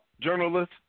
journalist